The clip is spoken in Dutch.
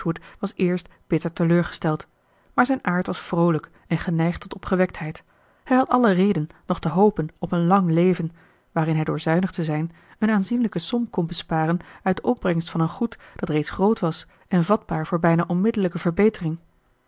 was eerst bitter teleurgesteld maar zijn aard was vroolijk en geneigd tot opgewektheid hij had alle reden nog te hopen op een lang leven waarin hij door zuinig te zijn een aanzienlijke som kon besparen uit de opbrengst van een goed dat reeds groot was en vatbaar voor bijna onmiddellijke verbetering